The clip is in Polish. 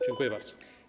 Dziękuję bardzo.